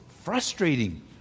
frustrating